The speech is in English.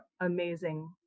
amazing